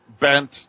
bent